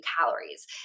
calories